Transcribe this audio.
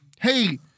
Hey